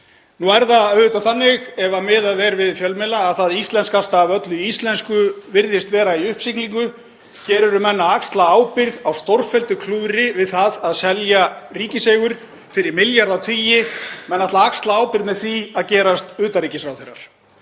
Nú er það auðvitað þannig, ef miðað er við fjölmiðla, að það íslenskasta af öllu íslensku virðist vera í uppsiglingu. Hér eru menn að axla ábyrgð á stórfelldu klúðri við það að selja ríkiseigur fyrir milljarðatugi, menn ætla að axla ábyrgð með því að gerast utanríkisráðherrar.